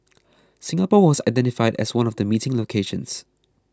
Singapore was identified as one of the meeting locations